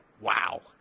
wow